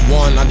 one